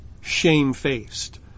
shamefaced